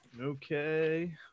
Okay